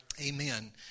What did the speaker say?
Amen